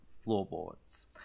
floorboards